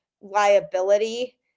liability